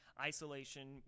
isolation